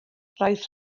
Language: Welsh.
roedd